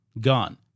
gone